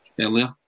earlier